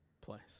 place